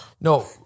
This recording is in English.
No